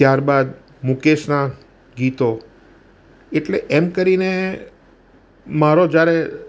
ત્યાર બાદ મુકેશના ગીતો એટલે એમ કરીને મારો જ્યારે